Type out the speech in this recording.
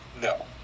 No